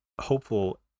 hopeful